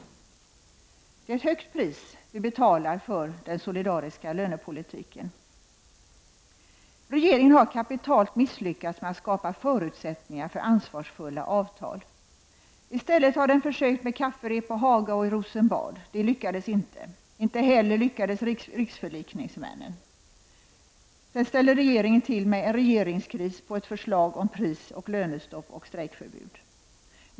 Det är ett högt pris vi betalar för den solidariska lönepolitiken. Regeringen har kapitalt misslyckats med att skapa förutsättningar för ansvarsfulla avtal. I stället har man försökt med kafferep i Haga och i Rosenbad. Det lyckades inte. Inte heller lyckades riksförlikningsmännen. Sedan ställde regeringen till med en regeringskris på ett förslag om prisoch lönestopp samt strejkförbud.